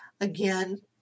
Again